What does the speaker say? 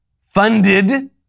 funded